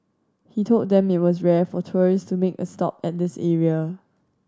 he told them it was rare for tourist to make a stop at this area